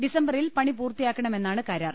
ഡിസംബറിൽ പണി പൂർത്തി യാക്കണമെന്നാണ് കരാർ